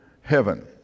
heaven